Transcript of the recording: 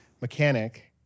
mechanic